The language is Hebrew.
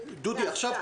דודי שוקף,